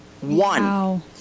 One